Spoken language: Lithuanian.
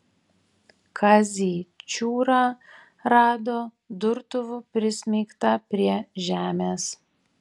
kazį čiūrą rado durtuvu prismeigtą prie žemės